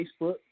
Facebook